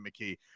McKee